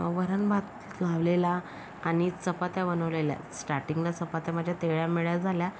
वरण भात लावलेला आणि चपात्या बनवलेल्या स्टार्टिंगला चपात्या माझ्या तेळ्यामेळया झाल्या